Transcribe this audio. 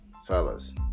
Fellas